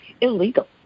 illegal